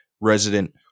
resident